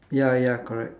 ya ya correct